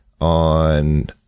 on